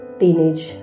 teenage